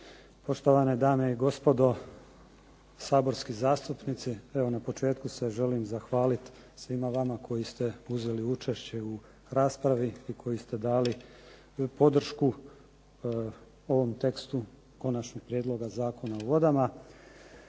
poštovane dame i gospodo saborski zastupnici. Pa evo na početku se želim zahvaliti svima vama koji ste uzeli učešće u raspravi i koji ste dali podršku ovom tekstu konačnog prijedloga Zakona o vodama.